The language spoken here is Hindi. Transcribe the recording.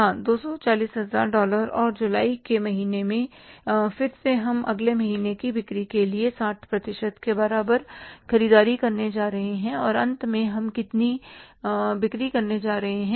हां 240 हजार डॉलर और जुलाई के महीने में फिर से हम अगले महीने की बिक्री के 60 प्रतिशत के बराबर ख़रीददारी करने जा रहे हैं और अगस्त में हम कितनी बिक्री करने जा रहे हैं